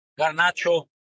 Garnacho